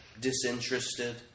Disinterested